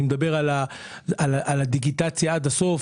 אני מדבר על הדיגיטציה עד הסוף,